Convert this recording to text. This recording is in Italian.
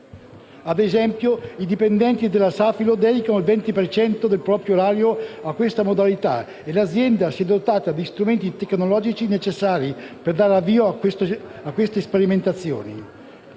Ad esempio, i dipendenti della Safilo dedicano il 20 per cento del proprio orario a questa modalità e l'azienda si è dotata degli strumenti tecnologici necessari per dare avvio a queste sperimentazioni.